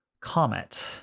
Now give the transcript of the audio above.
Comet